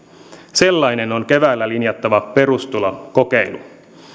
sellainen on keväällä linjattava perustulokokeilu